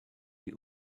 die